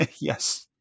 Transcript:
yes